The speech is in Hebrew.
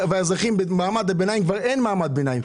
אזרחי מעמד הביניים כבר אין מעמד ביניים,